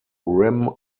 rim